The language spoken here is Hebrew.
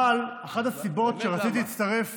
אבל אחת הסיבות שרציתי להצטרף